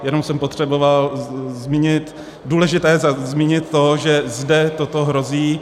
Jenom jsem potřeboval za důležité zmínit to, že zde toto hrozí.